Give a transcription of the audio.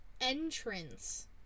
entrance